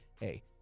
hey